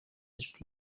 ati